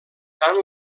tant